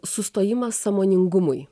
sustojimas sąmoningumui